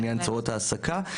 בעניין תשואות ההעסקה.